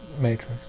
matrix